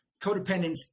Codependence